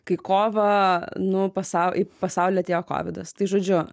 kai kovą nu pasau į pasaulį atėjo kovidas tai žodžiu